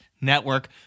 Network